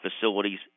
facilities